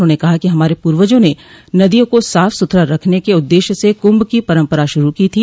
उन्होंने कहा कि हमारे पूर्वजों ने नदियों को साफ सुथरा रखने के उद्देश्य से कुंभ की परम्परा शुरू की थी